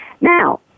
Now